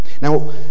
Now